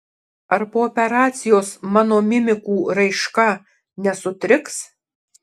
ar po operacijos mano mimikų raiška nesutriks